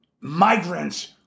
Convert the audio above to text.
migrants